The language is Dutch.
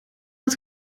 het